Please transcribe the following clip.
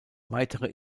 weitere